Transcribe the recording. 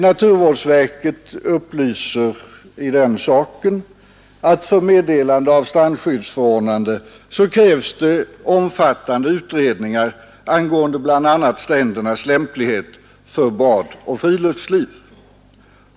Naturvårdsverket upplyser i saken att för meddelande av strandskyddsförordnande krävs det omfattande utredningar angående bl.,a. strändernas lämplighet för bad och friluftsliv.